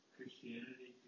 Christianity